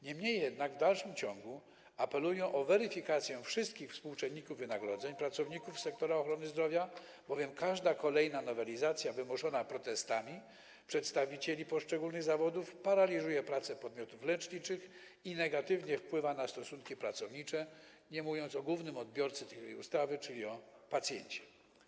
Niemniej w dalszym ciągu apeluję o weryfikację wszystkich współczynników wynagrodzeń pracowników sektora ochrony zdrowia, bowiem każda kolejna nowelizacja, jeśli jest wymuszana protestami przedstawicieli poszczególnych zawodów, paraliżuje pracę podmiotów leczniczych i negatywnie wpływa na stosunki pracownicze, nie mówiąc o głównym odbiorcy tej ustawy, czyli o pacjencie.